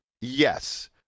Yes